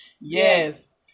Yes